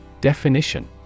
Definition